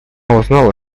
узнала